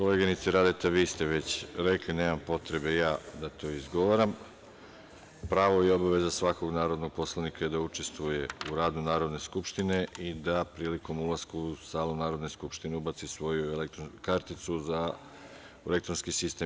Koleginice Radeta, vi ste već rekli, nemam potrebe ja da to izgovaram, pravo i obaveza svakog narodnog poslanika je da učestvuje u radu Narodne skupštine i da prilikom ulaska u salu Narodne skupštine ubaci svoju karticu za elektronski sistem.